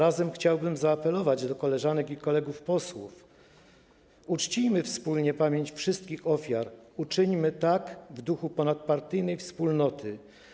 Jednocześnie chciałbym zaapelować do koleżanek i kolegów posłów: uczcijmy wspólnie pamięć wszystkich ofiar, uczyńmy tak w duchu ponadpartyjnej wspólnoty.